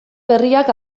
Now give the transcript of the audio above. berriak